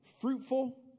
fruitful